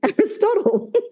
Aristotle